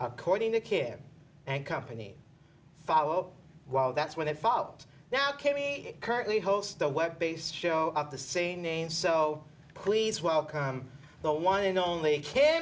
according to care and company follow while that's where the fault now currently hosts the web based show of the same so please welcome the one and only kid